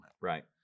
Right